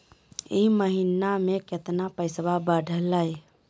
ई महीना मे कतना पैसवा बढ़लेया?